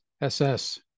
SS